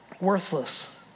worthless